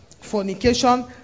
fornication